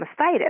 mastitis